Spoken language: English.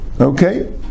Okay